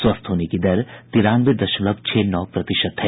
स्वस्थ होने की दर तिरानवे दशमलव छह नौ प्रतिशत है